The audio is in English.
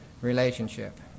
relationship